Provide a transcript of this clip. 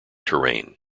terrain